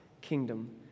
kingdom